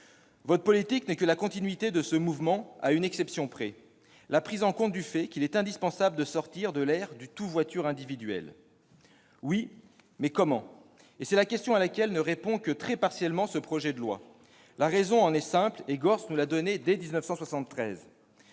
votre politique n'est que la continuité de ce mouvement, à une exception près : la prise en compte du fait qu'il est indispensable de sortir de l'ère du « tout-voiture individuelle ». Oui, mais comment ? Votre projet de loi ne répond que très partiellement à la question. La raison en est simple, et Gorz nous la donnait dès 1973